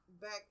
back